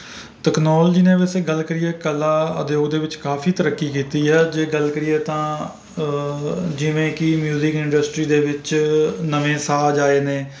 technology ਨੇ ਵੈਸੇ ਗੱਲ ਕਰੀਏ ਕਲਾ ਉਦਯੋਗ ਦੇ ਵਿੱਚ ਕਾਫੀ ਤਰੱਕੀ ਕੀਤੀ ਹੈ ਜੇ ਗੱਲ ਕਰੀਏ ਤਾਂ ਜਿਵੇਂ ਕਿ ਮਿਊਜ਼ਿਕ ਇੰਡਸਟਰੀ ਦੇ ਵਿੱਚ ਨਵੇਂ ਸਾਜ਼ ਆਏ ਨੇ